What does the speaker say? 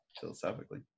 philosophically